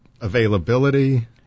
availability